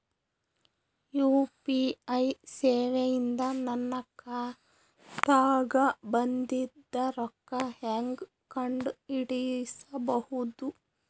UPI ಸೇವೆ ಇಂದ ನನ್ನ ಖಾತಾಗ ಬಂದಿದ್ದ ರೊಕ್ಕ ಹೆಂಗ್ ಕಂಡ ಹಿಡಿಸಬಹುದು?